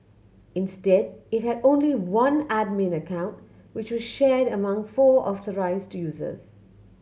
instead it had only one admin account which was shared among four authorised users